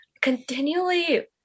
Continually